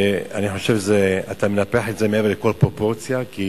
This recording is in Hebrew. ואני חושב שאתה מנפח את זה מעבר לכל פרופורציה, כי